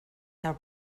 have